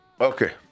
Okay